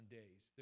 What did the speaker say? days